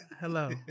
hello